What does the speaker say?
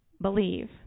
believe